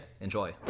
enjoy